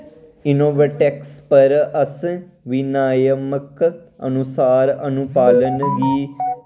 InnovateX पर अस विनियामक अनुसार अनुपालन गी